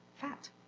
fat